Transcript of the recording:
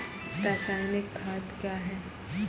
रसायनिक खाद कया हैं?